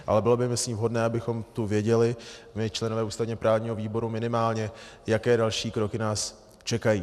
Ale bylo by myslím vhodné, abychom tu věděli, my členové ústavněprávního výboru minimálně, jaké další kroky nás čekají.